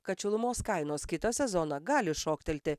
kad šilumos kainos kitą sezoną gali šoktelti